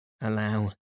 allow